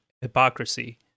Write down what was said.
hypocrisy